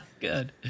good